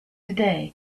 day